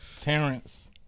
Terrence